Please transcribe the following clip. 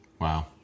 Wow